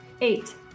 Eight